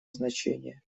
значение